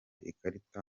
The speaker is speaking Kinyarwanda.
ikarita